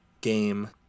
game